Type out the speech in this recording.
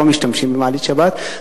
לא משתמשים במעלית שבת,